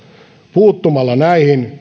puuttumalla näihin